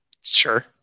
Sure